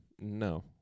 No